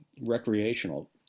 recreational